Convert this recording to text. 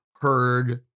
heard